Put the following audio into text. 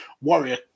warrior